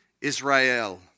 Israel